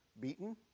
beaten